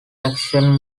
action